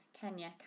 Kenya